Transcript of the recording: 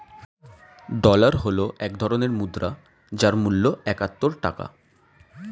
dollar হল এক ধরনের মুদ্রা যার মূল্য একাত্তর টাকা